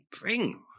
Bring